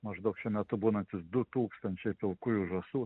maždaug šiuo metu būnantys du tūkstančiai pilkųjų žąsų